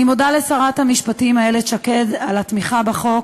אני מודה לשרת המשפטים איילת שקד על התמיכה בחוק,